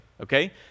okay